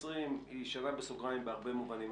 2020 היא שנה בסוגריים בהרבה מובנים.